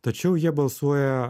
tačiau jie balsuoja